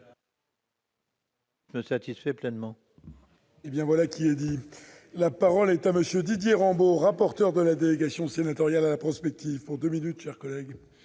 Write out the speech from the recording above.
me satisfait pleinement.